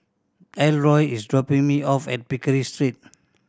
Elroy is dropping me off at Pickering Street